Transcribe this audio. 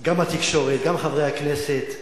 גם התקשורת, גם חברי הכנסת,